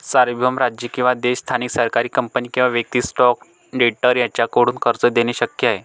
सार्वभौम राज्य किंवा देश स्थानिक सरकारी कंपनी किंवा वैयक्तिक स्टॉक ट्रेडर यांच्याकडून कर्ज देणे शक्य आहे